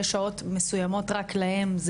יש שעות מסוימות רק להם,